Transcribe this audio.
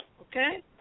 Okay